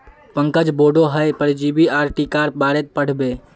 पंकज बोडो हय परजीवी आर टीकार बारेत पढ़ बे